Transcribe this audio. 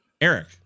Eric